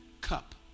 cup